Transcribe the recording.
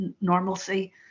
normalcy